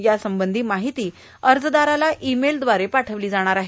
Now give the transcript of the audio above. यासंबंधी माहिती अर्जदाराला ई मेलद्वार पाठविली जाईल